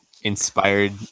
inspired